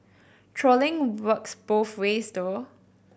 trolling works both ways though